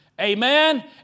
Amen